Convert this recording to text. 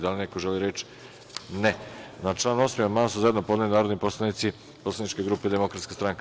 Da li neko želi reč? (Ne) Na član 8. amandman su zajedno podneli narodni poslanici poslaničke grupe Demokratska stranka.